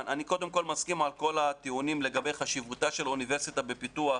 הטיעונים לגבי חשיבותה של אוניברסיטה בפיתוח